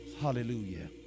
Hallelujah